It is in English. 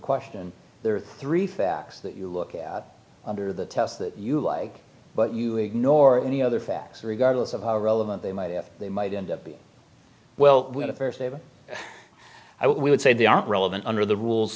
question there are three facts that you look at under the test that you like but you ignore any other facts regardless of how relevant they might have they might end up being well i would say they aren't relevant under the rules